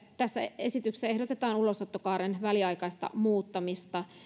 tässä hallituksen esityksessä ehdotetaan ulosottokaaren väliaikaista muuttamista